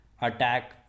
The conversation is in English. attack